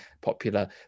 popular